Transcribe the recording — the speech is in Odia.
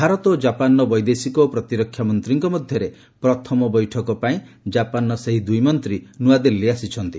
ଭାରତ ଓ ଜାପାନ୍ର ବୈଦେଶିକ ଓ ପ୍ରତିରକ୍ଷା ମନ୍ତ୍ରୀଙ୍କ ମଧ୍ୟରେ ପ୍ରଥମ ବୈଠକ ପାଇଁ ଜାପାନର ସେହି ଦୁଇ ମନ୍ତ୍ରୀ ନୂଆଦିଲ୍ଲୀ ଆସିଛନ୍ତି